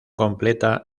completa